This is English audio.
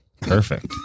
Perfect